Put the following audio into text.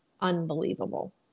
unbelievable